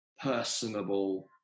personable